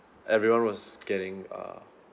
everyone was getting uh